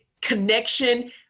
connection